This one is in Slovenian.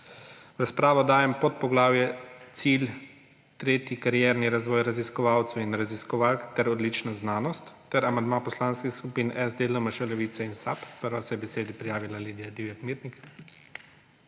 V razpravo dajem podpoglavje »Cilj 3. Karierni razvoj raziskovalcev in raziskovalk ter odlična znanost« ter amandma poslanskih skupin SD, LMŠ, Levica in SAB. Prva se je k besedi prijavila Lidija Divjak Mirnik.